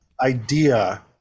idea